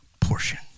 portion